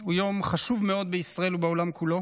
הוא יום חשוב מאוד בישראל ובעולם כולו